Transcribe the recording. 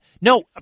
No